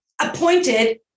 appointed